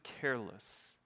careless